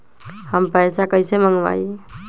हम पैसा कईसे मंगवाई?